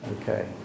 Okay